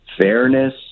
fairness